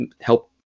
help